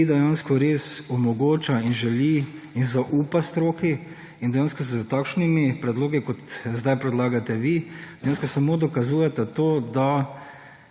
ki dejansko res omogoča in želi in zaupa stroki. In dejansko ste s takšnimi predlogi, kot zdaj predlagate vi, dejansko samo dokazujete to, da